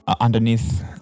underneath